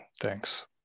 Thanks